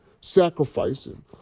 sacrificing